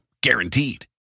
Guaranteed